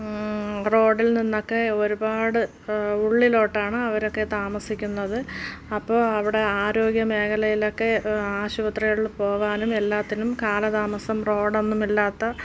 റോഡിൽ നിന്നൊക്കെ ഒരുപാട് ഉള്ളിലോട്ടാണ് അവരൊക്കെ താമസിക്കുന്നത് അപ്പോൾ അവിടെ ആരോഗ്യ മേഖലയിലൊക്കെ ആശൂപത്രികളിൽ പോകാനും എല്ലാത്തിനും കാല താമസം റോഡൊന്നുമില്ലാത്ത